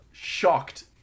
shocked